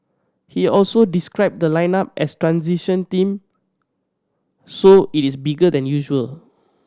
he also described the lineup as transition team so it is bigger than usual